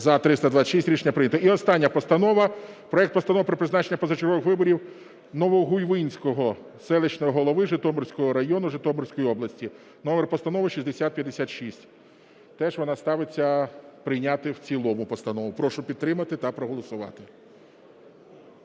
За-326 Рішення прийнято. І остання постанова. Проект Постанови про призначення позачергових виборів Новогуйвинського селищного голови Житомирського району Житомирської області (номер постанови 6056). Теж вона ставиться прийняти в цілому, постанова. Прошу підтримати та проголосувати.